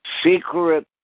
secret